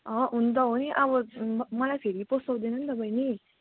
अहँ हुनु त हो नि अब मलाई फेरि पोसाउँदैन नि त बहिनी